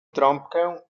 trąbkę